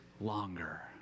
longer